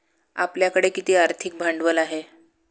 आपल्याकडे किती आर्थिक भांडवल आहे?